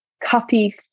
copy